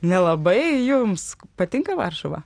nelabai jums patinka varšuva